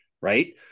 right